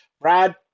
Brad